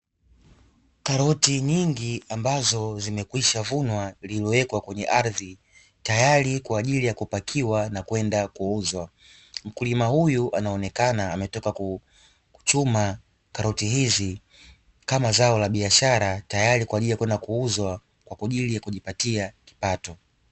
Karoti nyingi ambazo zimekwisha vunwa zimewekwa kwenye ardhi tayari kwa ajili ya kupakiwa na kwenda kuuzwa, mkulima huyu anaonekana ametoka kuchuma karoti hizi kama zao la biashara na tayari kwa ajili ya kwenda kuuzwa ili kujipatia kipato.